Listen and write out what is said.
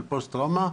של פוסט טראומה,